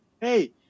hey